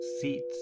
seats